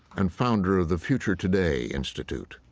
and founder of the future today institute.